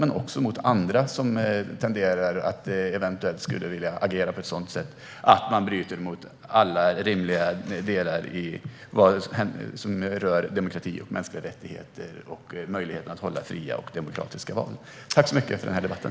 Det gäller också mot andra länder som tenderar att vilja agera på ett sätt som bryter mot demokrati, mänskliga rättigheter och möjligheten att hålla fria och demokratiska val. Tack så mycket för den här debatten!